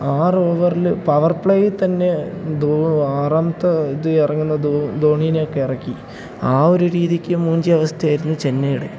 ആറ് ഓവറിൽ പവർ പ്ലേയിൽ തന്നെ ആറാമത്തെ ഇത് ഇറങ്ങുന്ന ധോണിനെയൊക്കെ ഇറക്കി ആ ഒരു രീതിക്ക് മൂഞ്ചിയ അവസ്ഥയായിരുന്നു ചെന്നൈയുടെ